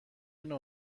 نوع